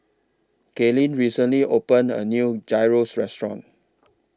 Kaylyn recently opened A New Gyros Restaurant